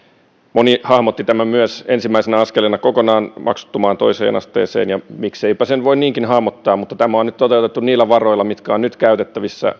moni hahmotti tämän myös ensimmäisenä askeleena kokonaan maksuttomaan toiseen asteeseen ja mikseipä sitä voi niinkin hahmottaa mutta tämä on nyt toteutettu niillä varoilla mitkä ovat nyt käytettävissä